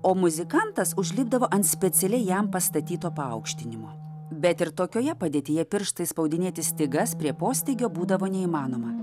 o muzikantas užlipdavo ant specialiai jam pastatyto paaukštinimo bet ir tokioje padėtyje pirštais spaudinėti stygas prie postygio būdavo neįmanoma